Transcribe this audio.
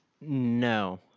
No